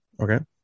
Okay